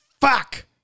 fuck